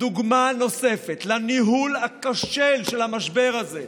דוגמה נוספת לניהול הכושל של המשבר הזה,